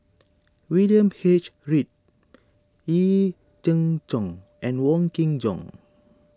William H Read Yee Jenn Jong and Wong Kin Jong